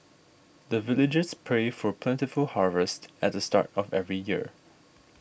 the villagers pray for plentiful harvest at the start of every year